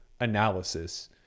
analysis